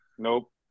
Nope